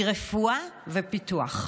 רפואה ופיתוח,